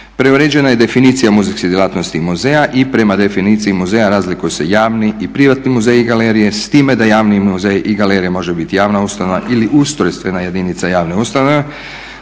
Preuređena je definicija muzejske djelatnosti i muzeja i prema definiciji muzeja razlikuju se javni i privatni muzeji i galerije s time da javni muzej i galerija može biti javna ustanova ili ustrojstvena jedinica javne ustanove,